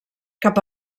cap